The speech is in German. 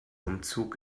umzug